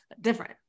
different